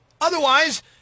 Otherwise